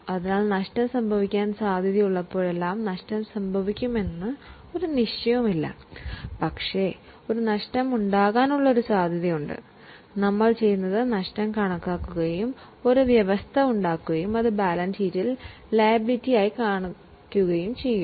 അതിനാൽ നഷ്ടസാധ്യത ഉള്ളപ്പോഴെല്ലാം ഏന്നാൽ നഷ്ടം സംഭവിക്കുമെന്ന് ഒരു നിശ്ചയവുമില്ല പക്ഷേ ഒരു നഷ്ടമുണ്ടാകാനുള്ള അവസരമുണ്ട് എന്ന് തോന്നിയാൽ നമ്മൾ നഷ്ടം കണക്കാക്കുന്നതിനായി ഒരു പ്രൊവിഷൻ ഉണ്ടാക്കി അത് ഒരു ലയബിളിറ്റിയായി ബാലൻസ് ഷീറ്റിൽ കാണിക്കുകയും ചെയ്യുന്നു